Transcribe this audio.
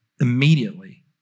immediately